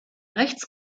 rechts